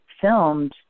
filmed